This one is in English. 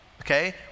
okay